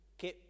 che